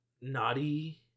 naughty